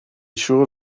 siŵr